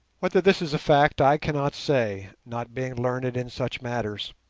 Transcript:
whether this is a fact i cannot say, not being learned in such matters.